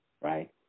right